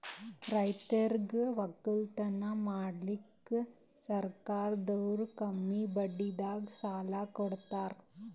ರೈತರಿಗ್ ವಕ್ಕಲತನ್ ಮಾಡಕ್ಕ್ ಸರ್ಕಾರದವ್ರು ಕಮ್ಮಿ ಬಡ್ಡಿದಾಗ ಸಾಲಾ ಕೊಡ್ತಾರ್